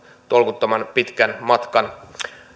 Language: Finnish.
tolkuttoman pitkän matkan